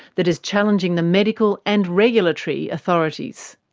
that is challenging the medical and regulatory authorities.